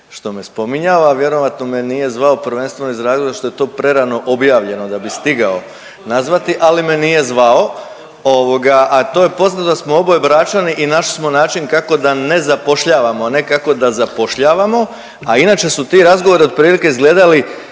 što me spominjao, a vjerovatno me nije zvao prvenstveno iz razloga što je to prerano objavljeno da bi stigao nazvati, ali me nije zvao, a to je poznato da smo oboje Bračani i našli smo način kako da ne zapošljavamo, a ne kako da zapošljavamo. A inače su ti razgovori otprilike izgledali,